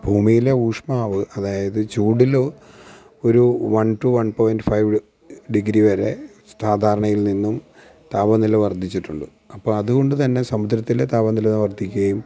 ഭൂമിയിലെ ഊഷ്മാവ് അതായത് ചൂടില് ഒരു one two one point five degree വരെ സാധാരണയിൽ നിന്നും താപനില വർധിച്ചിട്ടുണ്ട് അപ്പം അതുകൊണ്ടുതന്നെ സമുദ്രത്തിലെ താപനില വർധിക്കുകയും